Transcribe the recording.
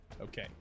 Okay